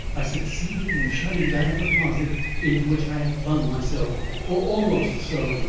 i succeeded in shutting that of the closet into which i had flung myself or almost so.